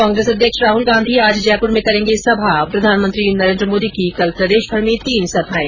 कांग्रेस अध्यक्ष राहल गांधी आज जयपूर में करेंगे सभा प्रधानमंत्री नरेन्द्र मोदी की कल प्रदेशभर में तीन सभाएं